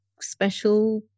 special